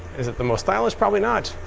is it the most stylish? probably not.